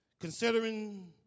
considering